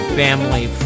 family